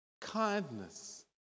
kindness